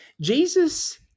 Jesus